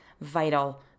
Vital